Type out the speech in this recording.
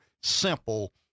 simple